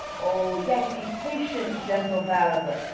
o, yet be patient, gentle barabas!